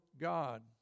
God